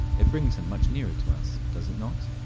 it brings him much nearer to us, does it not,